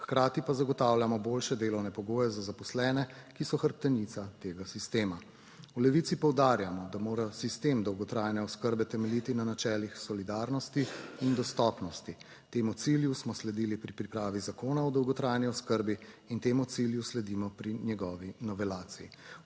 hkrati pa zagotavljamo boljše delovne pogoje za zaposlene, ki so hrbtenica tega sistema. V Levici poudarjamo, da mora sistem dolgotrajne oskrbe temeljiti na načelih solidarnosti in dostopnosti, temu cilju smo sledili pri pripravi Zakona o dolgotrajni oskrbi in temu cilju sledimo pri njegovi novelaciji.